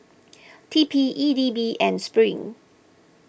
T P E D B and Spring